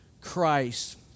Christ